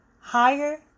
higher